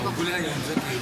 לקריאה הראשונה.